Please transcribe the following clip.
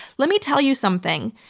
let me tell you something.